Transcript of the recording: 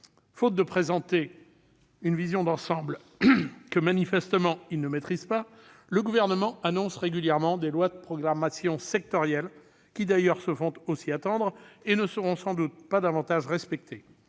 Faute de présenter une vision d'ensemble, que manifestement il ne maîtrise pas, le Gouvernement annonce régulièrement des lois de programmation sectorielles, qui d'ailleurs se font aussi attendre, et ne seront sans doute pas davantage respectées.